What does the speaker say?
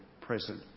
present